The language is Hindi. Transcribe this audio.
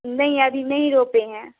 नहीं अभी नहीं रोपे है